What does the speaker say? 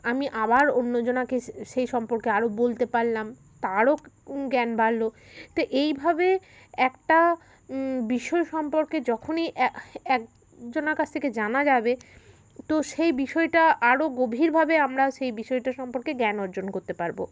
আমি আবার অন্যজনাকে সেই সম্পর্কে আরও বলতে পারলাম তারও জ্ঞান বাড়ল তো এইভাবে একটা বিষয় সম্পর্কে যখনই একজনার কাছ থেকে জানা যাবে তো সেই বিষয়টা আরও গভীরভাবে আমরা সেই বিষয়টা সম্পর্কে জ্ঞান অর্জন করতে পারব